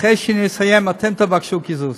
אחרי שאני אסיים, אתם תבקשו קיזוז.